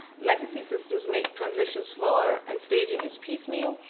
legacy systems make transition slower, and staging is piecemeal.